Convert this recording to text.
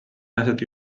naised